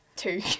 Two